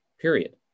period